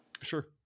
Sure